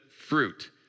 fruit